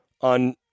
on